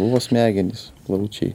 buvo smegenys plaučiai